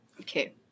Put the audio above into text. okay